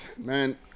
man